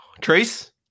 Trace